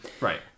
Right